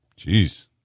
Jeez